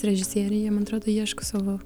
režisieriai jie man atrodo ieško savo